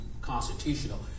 constitutional